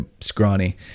scrawny